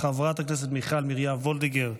חברת הכנסת מיכל מרים וולדיגר,